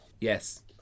Yes